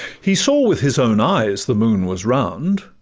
he saw with his own eyes the moon was round,